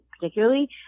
particularly